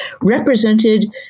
represented